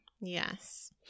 Yes